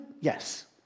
Yes